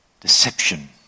deception